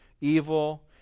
evil